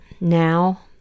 Now